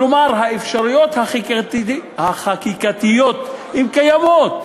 כלומר, האפשרויות החקיקתיות קיימות.